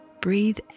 breathe